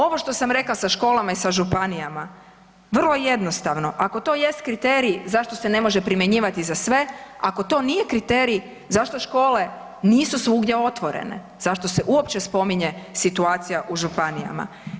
Ovo što sam rekla sa školama i sa županijama, vrlo jednostavno ako to jest kriterij zašto se ne može primjenjivati za sve, ako to nije kriterij zašto škole nisu svugdje otvorene, zašto se uopće spominje situacija u županijama.